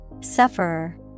Sufferer